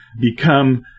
become